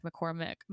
McCormick